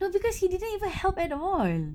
no because he didn't even help at all